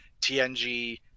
TNG